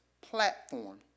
platform